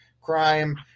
crime